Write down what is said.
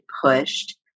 pushed